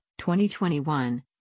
2021